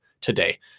today